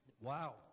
Wow